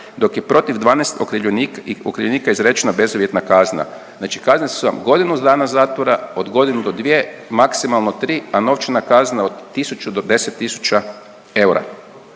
dok je protiv 12 okrivljenika izrečena bezuvjetna kazna. Znači kazne su vam godinu dana zatvora, od godinu do dvije, maksimalno tri, a novčana kazna od tisuću do 10 tisuća eura.